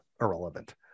irrelevant